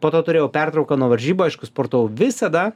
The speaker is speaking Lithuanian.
po to turėjau pertrauką nuo varžybų aišku sportavau visada